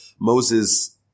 Moses